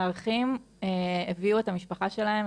מארחים הביאו את המשפחה שלהם,